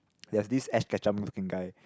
there's this Ash-Ketchum looking guy